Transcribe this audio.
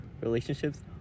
relationships